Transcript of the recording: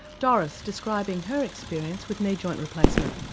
doris describing her experience with knee joint replacement.